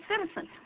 citizen